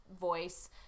voice